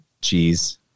cheese